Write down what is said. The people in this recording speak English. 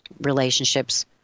relationships